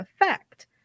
effect